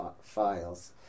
files